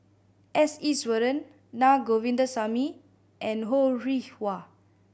S Iswaran Naa Govindasamy and Ho Rih Hwa